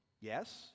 Yes